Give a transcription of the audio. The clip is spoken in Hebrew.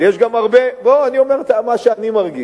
אבל יש גם הרבה, לא, אני אומר מה שאני מרגיש.